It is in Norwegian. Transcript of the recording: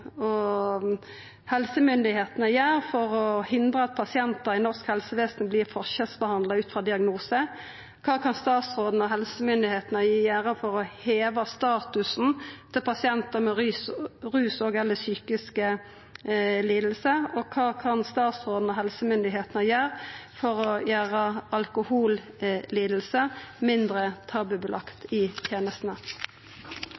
helsemyndigheitene gjera for å hindra at pasientar i norsk helsevesen vert forskjellsbehandla ut frå diagnose? Kva kan statsråden og helsemyndigheitene gjera for å heva statusen til pasientar med ruslidingar og psykiske lidingar? Og kva kan statsråden og helsemyndigheitene gjera for å gjera alkohollidingar mindre